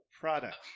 product